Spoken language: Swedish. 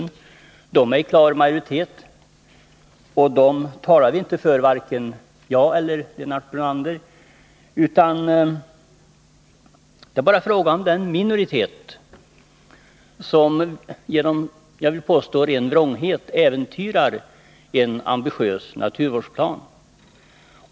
Om dem talar varken Lennart Brunander eller jag. Det gäller bara den minoritet som, jag vill påstå genom vrånghet, äventyrar en ambitiös naturvårdsplan.